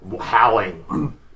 howling